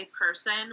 person